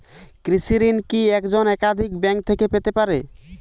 কৃষিঋণ কি একজন একাধিক ব্যাঙ্ক থেকে পেতে পারে?